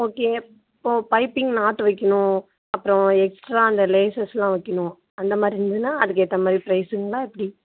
okay இப்போ piping நாட்டு வைக்கிணும் அப்புறம் எக்ஸ்ட்ரா அந்த லேஸஸ்லாம் வைக்கிணும் அந்தமாதிரி இருந்துதுன்னா அதுக்கேற்ற மாதிரி ப்ரைஸுங்களா எப்படி